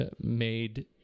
made